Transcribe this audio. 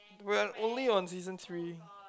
we are only on season three